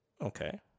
okay